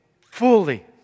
fully